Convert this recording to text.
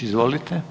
Izvolite.